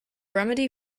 remedy